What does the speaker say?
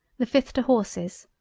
the fifth to horses,